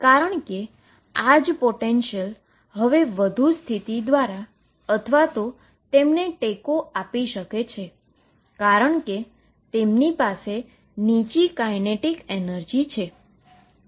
કારણ કે આ જ પોટેંશિયલ હવે વધુ સ્થિતિ દ્વારા અથવા તેમને ટેકો આપી શકે છે કારણ કે તેમની પાસે નીચી કાઈનેટીક એનર્જી છે